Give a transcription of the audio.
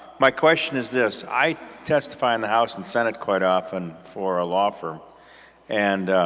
my question is this. i testify in the house and senate quite often for a law firm and